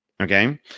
Okay